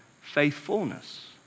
faithfulness